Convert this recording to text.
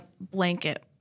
blanket